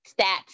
stats